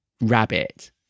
rabbit